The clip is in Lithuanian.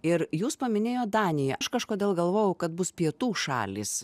ir jūs paminėjo daniją aš kažkodėl galvojau kad bus pietų šalys